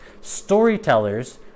storytellers